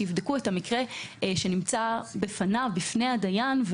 ויבדקו את המקרה שנמצא בפני הדיין,